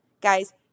Guys